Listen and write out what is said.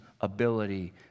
ability